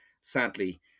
Sadly